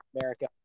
America